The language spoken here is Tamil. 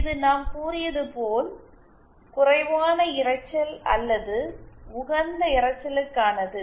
இது நாம் கூறியது போல குறைவான இரைச்சல் அல்லது உகந்த இரைச்சலுக்கானது